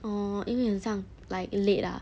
orh 因为很像 like late ah